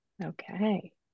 Okay